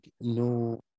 no